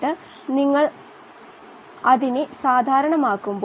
H നിലയിലും ആയിരിക്കും